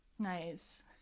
Nice